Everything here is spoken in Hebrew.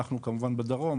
אנחנו כמובן בדרום,